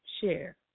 share